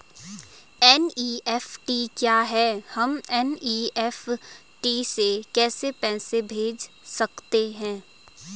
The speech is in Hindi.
एन.ई.एफ.टी क्या है हम एन.ई.एफ.टी से कैसे पैसे भेज सकते हैं?